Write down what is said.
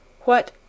what